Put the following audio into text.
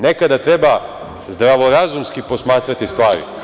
Neka treba zdravorazumski posmatrati stvari.